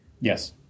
Yes